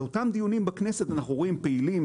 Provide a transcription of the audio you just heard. באותם דיונים בכנסת אנחנו רואים פעילים